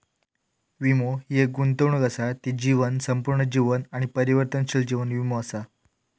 वीमो हि एक गुंतवणूक असा ती जीवन, संपूर्ण जीवन आणि परिवर्तनशील जीवन वीमो असा